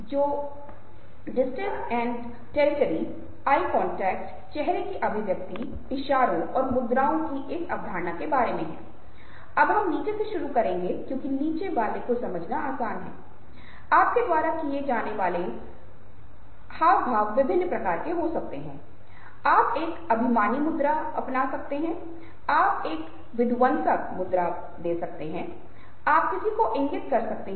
तो उठाई गई आंतरिक भौहें उदासी का एक संकेतक है जो कुछ ऐसा है जब आप झूठी उदासी को संप्रेषित करने की कोशिश कर रहे हैं ऐसा नहीं हो सकता है क्योंकि आप यहां सभी मांसपेशियों को बढ़ा सकते हैं और इस तरह खुद को दूर कर सकते हैं